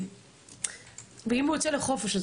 ואם הוא יוצא לחופש,